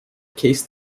case